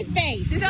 face